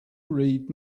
read